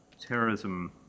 terrorism